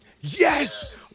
Yes